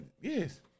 yes